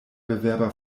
bewerber